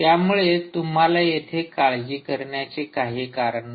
त्यामुळे तुम्हाला येथे काळजी करण्याचे काही कारण नाही